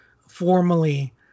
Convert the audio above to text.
formally